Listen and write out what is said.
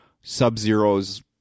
Sub-Zero's